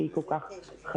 שהיא כל כך חשובה.